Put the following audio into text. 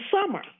summer